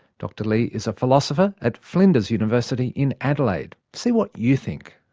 dr lee is a philosopher at flinders university in adelaide. see what you think.